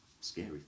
scary